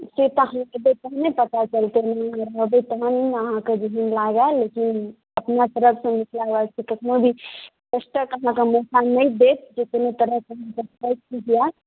से तऽ अहाँ एबै तहने पता चलतै ने अहाँ एबै तहन अहाँके जे नीक लागल अपना तरफ सँ मिथिला वासी कखनो भी करे के मौका नहि देत जे कोनो तरह के अहाँके कष्ट हुए